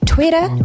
Twitter